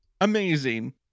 amazing